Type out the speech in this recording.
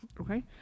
Okay